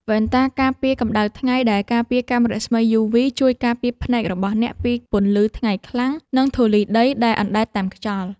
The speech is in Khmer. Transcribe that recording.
វ៉ែនតាការពារកម្ដៅថ្ងៃដែលការពារកាំរស្មីយូវី ជួយការពារភ្នែករបស់អ្នកពីពន្លឺថ្ងៃខ្លាំង និងធូលីដីដែលអណ្ដែតតាមខ្យល់។